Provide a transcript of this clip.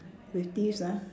with teeths ah